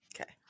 Okay